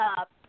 up